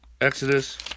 Exodus